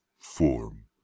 Form